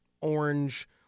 orange